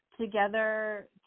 together